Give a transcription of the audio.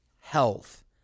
health